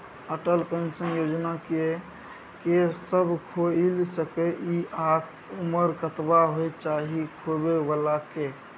Atal pension Yojana के के सब खोइल सके इ आ उमर कतबा होय चाही खोलै बला के?